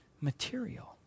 material